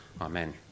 Amen